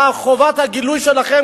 וחובת הגילוי גם שלכם,